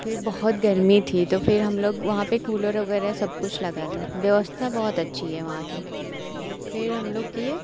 फिर बहुत गरमी थी तो फिर हम लोग वहाँ पर कूलर वग़ैरह सब कुछ लगा था व्यवस्था बहुत अच्छी है वहाँ की फिर हम लोग किए